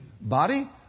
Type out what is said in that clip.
Body